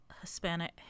Hispanic